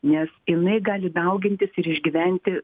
nes jinai gali daugintis ir išgyventi